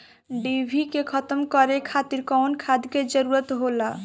डिभी के खत्म करे खातीर कउन खाद के जरूरत होला?